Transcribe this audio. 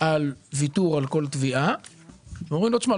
על ויתור על כל תביעה ואומרים לו: תשמע,